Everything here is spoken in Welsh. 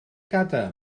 gadair